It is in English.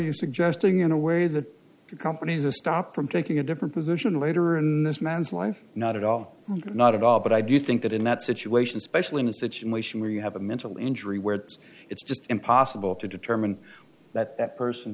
suggesting in a way that companies are stopped from taking a different position later in this man's life not at all not at all but i do think that in that situation especially in a situation where you have a mental injury where it's just impossible to determine that that person